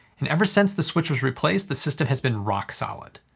and ever since the switch was replaced the system has been rock solid.